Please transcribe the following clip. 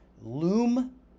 Loom